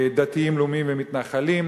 ודתיים לאומיים ומתנחלים,